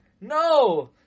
No